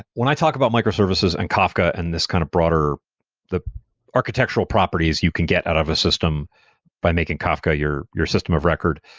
when i talk about microservices and kafka and this kind of broader the architectural properties you can get out of a system by making kafka your your system of record.